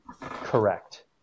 correct